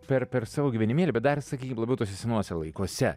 per per savo gyvenimėlį bet dar sakykim labiau tuose senuose laikuose